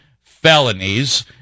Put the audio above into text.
felonies